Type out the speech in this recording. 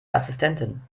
assistentin